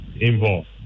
involved